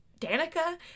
Danica